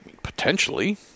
potentially